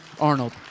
Arnold